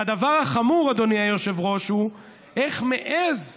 והדבר החמור, אדוני היושב-ראש, הוא איך מעז,